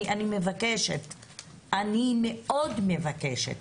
אני מאוד מבקשת,